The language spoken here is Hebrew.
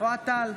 אוהד טל,